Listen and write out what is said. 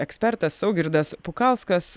ekspertas saugirdas pukauskas